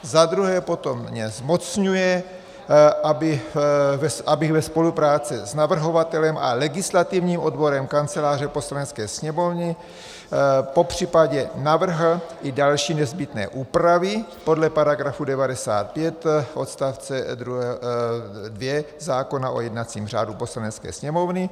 Za druhé potom mě zmocňuje, abych ve spolupráci s navrhovatelem a legislativním odborem Kanceláře Poslanecké sněmovny popřípadě navrhl i další nezbytné úpravy podle § 95 odst. 2 zákona o jednacím řádu Poslanecké sněmovny.